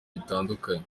bitandukanye